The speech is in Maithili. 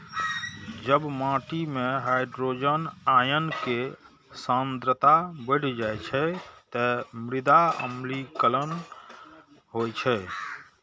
जब माटि मे हाइड्रोजन आयन के सांद्रता बढ़ि जाइ छै, ते मृदा अम्लीकरण होइ छै